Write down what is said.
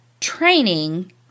training